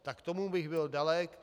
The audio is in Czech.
Tak tomu bych byl dalek.